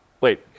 Wait